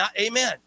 Amen